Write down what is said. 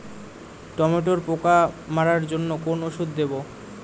টমেটোর পোকা মারার জন্য কোন ওষুধ দেব?